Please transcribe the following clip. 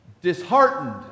Disheartened